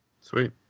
sweet